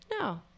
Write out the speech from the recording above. No